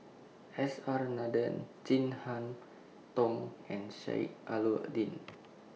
S R Nathan Chin Harn Tong and Sheik Alau'ddin